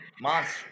monster